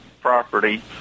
property